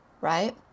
right